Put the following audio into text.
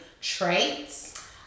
traits